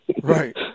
right